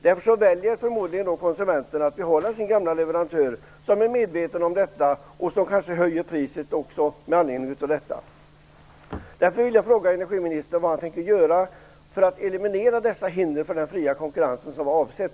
Därför väljer konsumenten förmodligen att behålla sin gamla leverantör som är medveten om detta och som kanske höjer priset med anledning härav. Därför vill jag fråga vad energiministern tänker göra för att eliminera dessa hinder för den fria konkurrens som var avsedd.